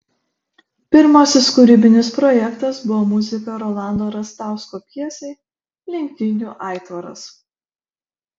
pirmasis kūrybinis projektas buvo muzika rolando rastausko pjesei lenktynių aitvaras